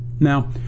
Now